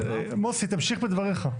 מוסי, תמשיך בדבריך.